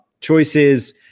choices